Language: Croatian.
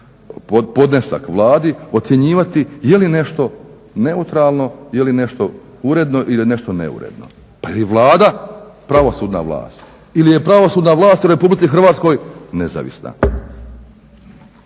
podnesak Vladi ocjenjivati je li nešto neutralno, je li nešto uredno ili je nešto neuredno. Pa je li Vlada pravosudna vlast? Ili je pravosudna vlast u RH nezavisna?